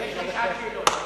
יש לי שעת שאלות.